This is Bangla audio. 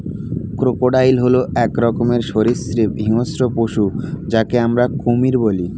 ক্রোকোডাইল হল এক রকমের সরীসৃপ হিংস্র পশু যাকে আমরা কুমির বলি